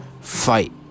fight